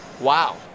Wow